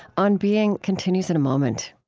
on being continues in a moment